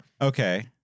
Okay